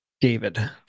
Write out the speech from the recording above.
david